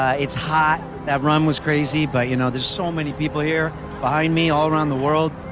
it's hot, that run was crazy, but you know there's so many people here behind me all around the world,